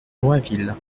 joinville